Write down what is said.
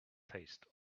taste